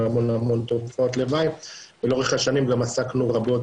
המון תופעות לוואי ולאורך השנים גם עסקנו רבות